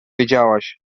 wiedziałaś